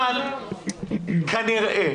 אבל כנראה